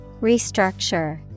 Restructure